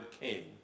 king